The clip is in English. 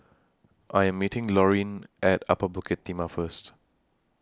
I Am meeting Lorene At Upper Bukit Timah First